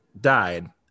died